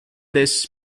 this